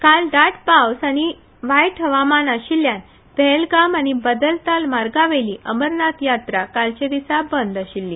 काल दाट पावस आनी हवामान खराब आशिल्ल्यान पेहलगाम आनी बलताल मार्गावेली अमरनाथ यात्रा कालचे दिसा बंद आशिल्ली